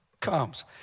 comes